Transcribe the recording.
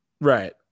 Right